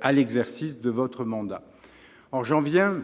à l'exercice de votre mandat. J'en viens